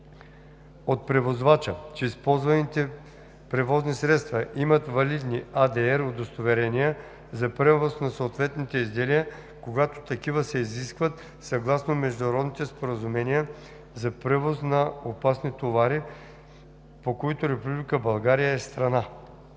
от превозвача, че използваните превозни средства имат валидни ADR удостоверения за превоз на съответните изделия, когато такива се изискват съгласно международните споразумения за превоз на опасни товари, по които Република България е страна;“.